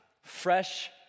fresh